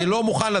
זה